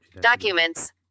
documents